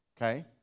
Okay